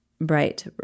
bright